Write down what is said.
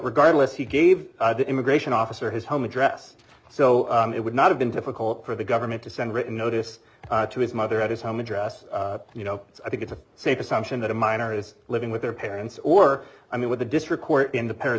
regardless he gave the immigration officer his home address so it would not have been difficult for the government to send written notice to his mother at his home address and you know i think it's a safe assumption that a minor is living with their parents or i mean with the district court in